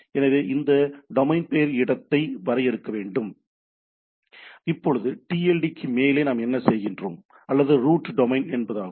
எனவே அந்த டொமைன் பெயர் இடத்தை வரையறுக்க வேண்டும் இப்போது TLD க்கு மேலே நாம் என்ன செய்கிறோம் அல்லது ரூட் டொமைன் என்பதாகும்